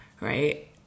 right